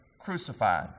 crucified